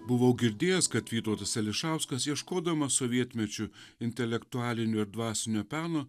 buvau girdėjęs kad vytautas ališauskas ieškodamas sovietmečiu intelektualinio ir dvasinio peno